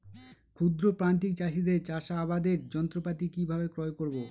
ক্ষুদ্র প্রান্তিক চাষীদের চাষাবাদের যন্ত্রপাতি কিভাবে ক্রয় করব?